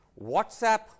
WhatsApp